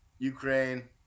Ukraine